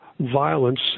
violence